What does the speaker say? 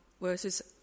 verses